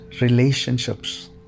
relationships